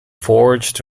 forged